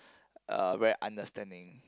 uh very understanding